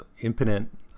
impotent